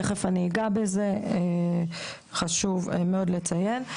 תכף אגע בזה ,חשוב מאוד לציין.